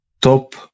top